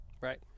Right